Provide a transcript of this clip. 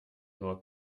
nur